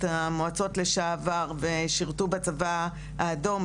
המועצות לשעבר ושירתו בצבא האדום,